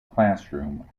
classroom